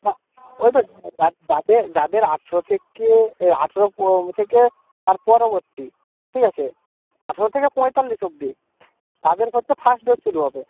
না ওই তো যাদের আঠরো থেকে আঠোরো থেকে তার পরবর্তী ঠিক আছে আঠেরো থেকে পঁয়তাল্লিশ অবধি তাদের হচ্ছে ফার্স্ট ডোজ শুরু হবে